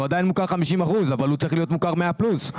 הוא עדיין מוכר 50 אחוזים אבל הוא צריך להיות מוכר 100 פלוס.